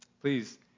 Please